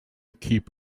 keep